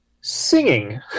singing